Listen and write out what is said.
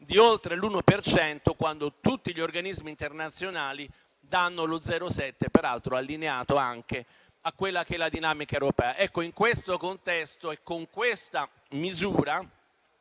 per cento, quando tutti gli organismi internazionali danno lo 0,7 per cento, peraltro allineato anche a quella che è la dinamica europea. Ecco, in questo contesto e con questa misura